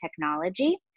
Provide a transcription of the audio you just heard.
technology